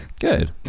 good